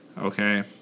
okay